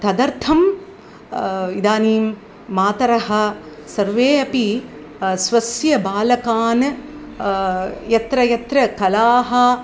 तदर्थम् इदानीं मातरः सर्वे अपि स्वस्य बालकान् यत्र यत्र कलाः